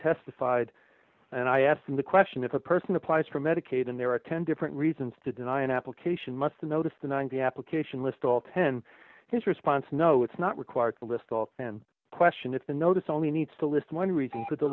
testified and i asked him the question if a person applies for medicaid and there are ten different reasons to deny an application must the notice the ninety application list all ten his response no it's not required to list all in question if the notice only needs to list one reason for the